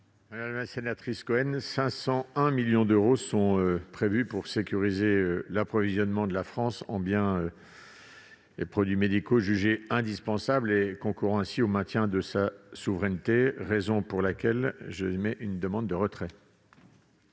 Madame la sénatrice Cohen, 501 millions d'euros sont prévus pour sécuriser l'approvisionnement de la France en biens et produits médicaux jugés indispensables et concourant au maintien de sa souveraineté. C'est la raison pour laquelle je vous demande de retirer